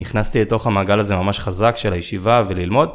נכנסתי לתוך המעגל הזה ממש חזק של הישיבה וללמוד.